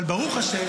אבל ברוך השם,